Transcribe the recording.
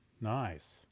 Nice